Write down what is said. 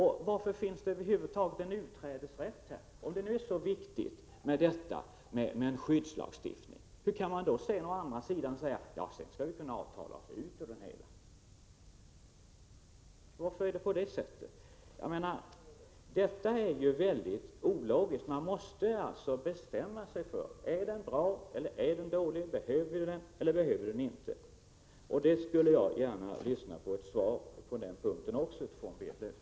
Och varför finns det över huvud taget en utträdesrätt? Om det nu är så viktigt med en skyddslagstiftning, hur kan man då å andra sidan säga att det skall finnas en möjlighet att avtala sig bort från denna skyddslagstiftning? Varför är det på det viset? Detta är helt ologiskt. Man måste bestämma sig: Är lagstiftningen bra eller är den dålig, behöver vi den eller behöver vi den inte? På den punkten skulle jag gärna vilja ha ett svar av Berit Löfstedt.